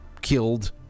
killed